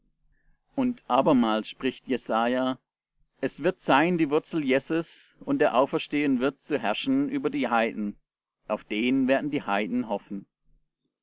und abermals spricht jesaja es wird sein die wurzel jesse's und der auferstehen wird zu herrschen über die heiden auf den werden die heiden hoffen